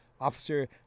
Officer